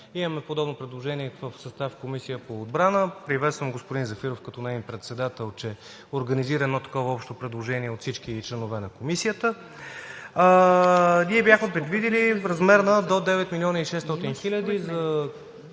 Имаме подобно предложение в Комисията по отбрана, приветствам господин Зафиров като неин председател, че организира едно такова общо предложение от всички членове на Комисията. Бяхме предвидили да е в размер до 9 млн. 600 хиляди за